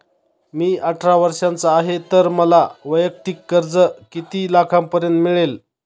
मी अठरा वर्षांचा आहे तर मला वैयक्तिक कर्ज किती लाखांपर्यंत मिळेल?